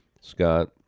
Scott